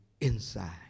inside